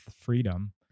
freedom